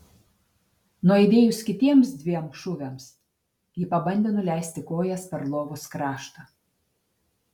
nuaidėjus kitiems dviem šūviams ji pabandė nuleisti kojas per lovos kraštą